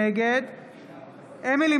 נגד אמילי